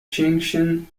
junction